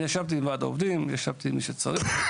ישבתי עם ועד העובדים, ישבתי עם מי שצריך,